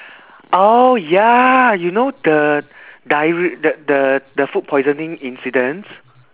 oh ya you know the diarr~ the the the food poisoning incident